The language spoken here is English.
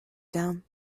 down